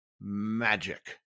magic